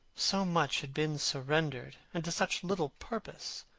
so much had been surrendered! and to such little purpose!